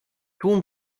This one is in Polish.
tłum